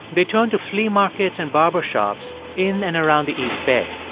they turned to flea markets and barbershops in and around the east bay,